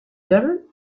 girl